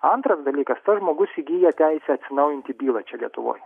antras dalykas tai žmogus įgyja teisę atsinaujinti bylą čia lietuvoj